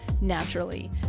naturally